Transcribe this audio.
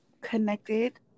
connected